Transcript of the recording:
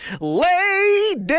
Lady